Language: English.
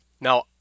Now